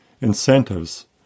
incentives